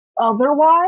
Otherwise